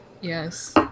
Yes